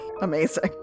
Amazing